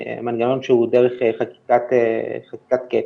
מנגנון שהוא דרך חקיקת קאפ.